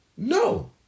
No